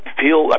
feel